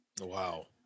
Wow